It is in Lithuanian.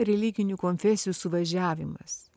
religinių konfesijų suvažiavimas